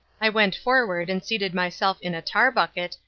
i went forward and seated myself in a tar-bucket,